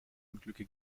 unglücke